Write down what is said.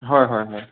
হয় হয় হয়